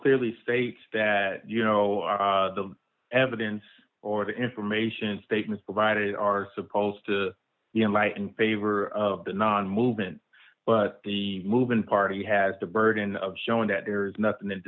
clearly states that you know the evidence or the information statements provided are supposed to enlighten favor of the non movement but the movement party has the burden of showing that there is nothing